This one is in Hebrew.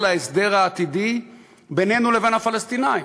ההסדר העתידי בינינו לבין הפלסטינים.